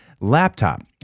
laptop